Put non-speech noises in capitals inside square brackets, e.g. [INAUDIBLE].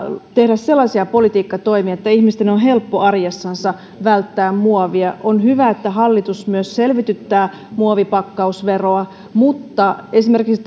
tehdä sellaisia politiikkatoimia että ihmisten on helppo arjessansa välttää muovia on hyvä että hallitus myös selvityttää muovipakkausveroa mutta esimerkiksi [UNINTELLIGIBLE]